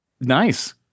Nice